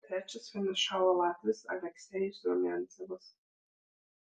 trečias finišavo latvis aleksejus rumiancevas